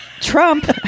Trump